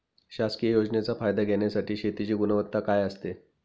शासकीय योजनेचा फायदा घेण्यासाठी शेतीची गुणवत्ता काय असते?